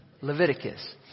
Leviticus